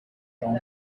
around